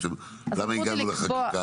למה הגענו לחקיקה?